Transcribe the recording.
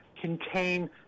contain